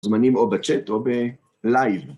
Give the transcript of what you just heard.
זמנים או בצ'ט או בלייב.